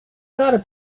thought